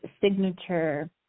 signature